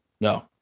No